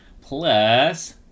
Plus